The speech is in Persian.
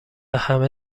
همه